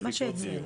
מה שאצלנו.